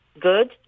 good